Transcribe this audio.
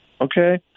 Okay